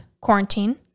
quarantine